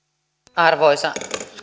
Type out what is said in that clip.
arvoisa